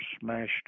smashed